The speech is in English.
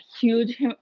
huge